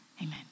amen